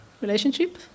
Relationship